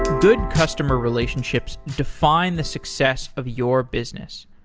good customer relationships define the success of your business.